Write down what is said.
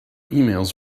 emails